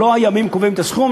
לא הימים קובעים את הסכום,